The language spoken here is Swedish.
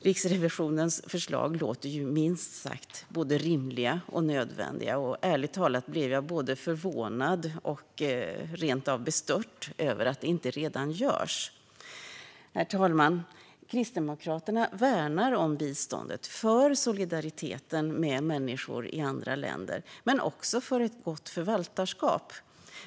Riksrevisionens förslag låter ju minst sagt rimliga och nödvändiga. Jag blev ärligt talat både förvånad och rent av bestört över att det inte redan görs. Herr talman! Kristdemokraterna värnar om biståndet, för solidariteten med människor i andra länder men också för ett gott förvaltarskap.